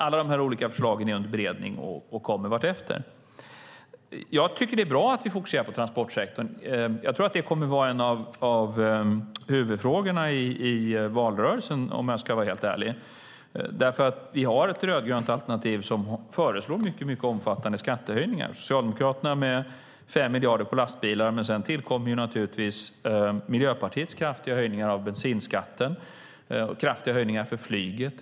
Allt detta är under beredning och kommer vartefter. Jag tycker att det är bra att vi fortsätter med transportsektorn. Jag tror att det kommer att vara en av huvudfrågorna i valrörelsen, om jag ska vara helt ärlig. Vi har nämligen ett rödgrönt alternativ som föreslår mycket omfattande skattehöjningar. Socialdemokraterna har 5 miljarder på lastbilar, men sedan tillkommer naturligtvis Miljöpartiets kraftiga höjningar av bensinskatten och kraftiga höjningar för flyget.